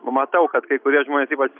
matau kad kai kurie žmonės ypač